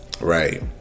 Right